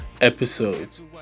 episodes